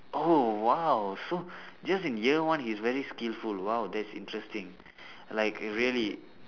oh !wow! so just in year one he's very skillful !wow! that's interesting like really